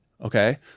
Okay